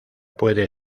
puede